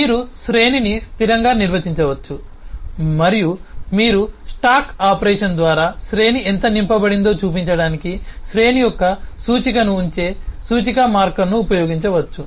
మీరు శ్రేణిని స్థిరంగా నిర్వచించవచ్చు మరియు మీరు స్టాక్ ఆపరేషన్ ద్వారా శ్రేణి ఎంత నింపబడిందో చూపించడానికి శ్రేణి యొక్క సూచికను ఉంచే సూచిక మార్కర్ను ఉపయోగించవచ్చు